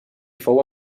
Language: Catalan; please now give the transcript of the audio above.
fou